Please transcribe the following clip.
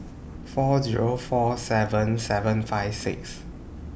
four Zero four seven seven five six